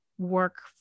work